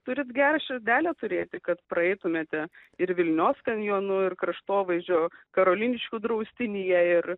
turite gerą širdelę turėti kad praeitumėte ir vilnios kanjonų ir kraštovaizdžio karoliniškių draustinyje ir